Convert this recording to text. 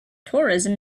tourism